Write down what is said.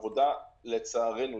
לצערנו,